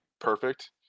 perfect